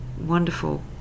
wonderful